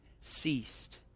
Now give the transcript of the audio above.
ceased